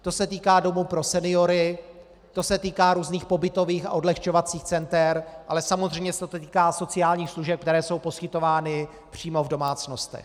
To se týká domů pro seniory, to se týká různých pobytových a odlehčovacích center, ale samozřejmě se to týká sociálních služeb, které jsou poskytovány přímo v domácnostech.